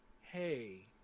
hey